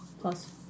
plus